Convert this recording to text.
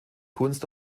kunst